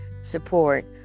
support